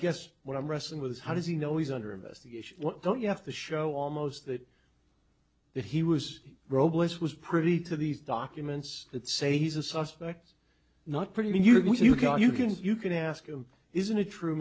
guess what i'm wrestling with is how does he know he's under investigation don't you have to show almost that that he was robust was privy to these documents that say he's a suspect not pretty when you can you can you can ask him isn't it true